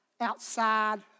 outside